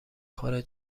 خوره